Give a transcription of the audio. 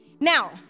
now